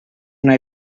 una